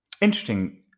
interesting